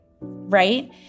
right